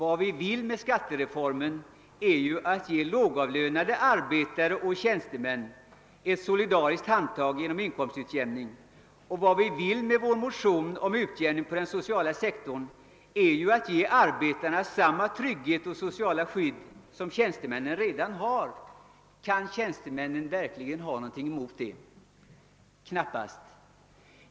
Avsikten med skattereformen är ju att ge lågavlönade arbetare och tjänstemän ett solidariskt handtag genom inkomstutjämning, och syftet med vår motion om utjämning inom den sociala sektorn är att bereda arbetarna samma trygghet och sociala skydd som tjänstemännen redan har. Kan tjänste männen verkligen ha någonting emot detta? Knappast.